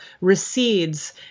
recedes